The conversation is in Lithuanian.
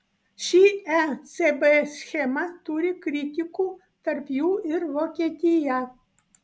ši ecb schema turi kritikų tarp jų ir vokietija